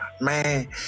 man